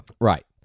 Right